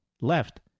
left